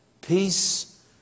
Peace